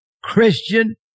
Christian